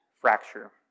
fracture